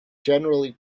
generally